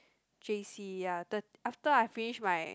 J_C ya the after I finish my